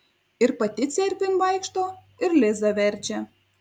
ir pati cerkvėn vaikšto ir lizą verčia